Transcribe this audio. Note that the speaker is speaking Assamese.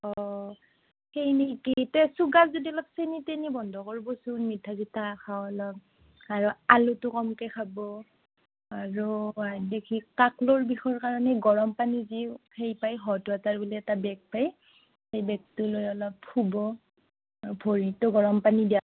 অঁ কেইনি কেই এতিয়া ছুগাৰ যদি অলপ চেনি তেনি বন্ধ কৰবচোন মিঠা চিঠা খোৱা লোৱা আৰু আলুটো কমকৈ খাব আৰু আদি কি কাঁকলৰ বিষৰ কাৰণে গৰমপানী দি হেৰি পায় হট ৱাটাৰ বুলি এটা বেগ পায় সেই বেগটো লৈ অলপ শুব ভৰিটো গৰম পানী দিব